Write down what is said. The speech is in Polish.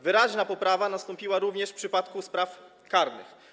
Wyraźna poprawa nastąpiła również w przypadku spraw karnych.